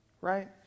right